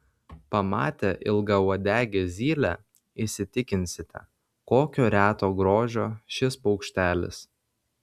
pamatę ilgauodegę zylę įsitikinsite kokio reto grožio šis paukštelis